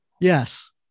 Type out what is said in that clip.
yes